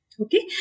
Okay